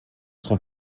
son